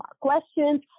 questions